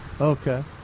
Okay